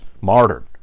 martyred